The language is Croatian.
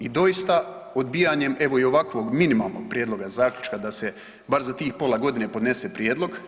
I doista odbijanjem evo i ovakvog minimalnog prijedloga zaključka da se bar za tih pola godine podnese prijedlog.